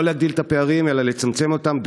לא להגדיל את הפערים אלא לצמצם אותם,